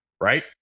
right